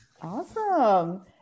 Awesome